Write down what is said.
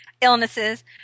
illnesses